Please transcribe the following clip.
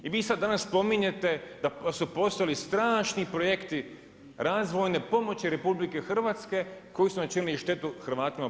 I vas sad danas spominjete da su postojali strašni projekti razvojne pomoći RH koji su načinili štetu Hrvatima BIH.